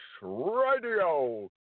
radio